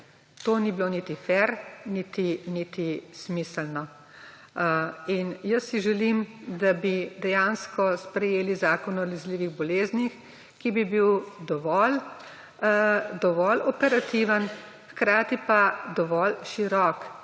To ni bilo niti fer niti smiselno. Jaz si želim, da bi dejansko sprejeli zakon o nalezljivih boleznih, ki bi bil dovolj operativen, hkrati pa dovolj širok.